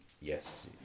yes